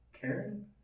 Karen